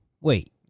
wait